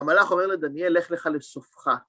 ‫המלאך אומר לדניאל, ‫לך לך לסופך.